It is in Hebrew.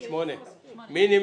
מי נגד?